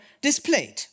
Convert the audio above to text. displayed